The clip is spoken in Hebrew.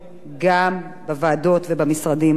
גם בוועדות ובמשרדים האחרים.